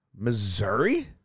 Missouri